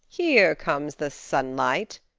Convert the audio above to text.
here comes the sunlight!